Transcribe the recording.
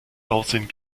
aussehen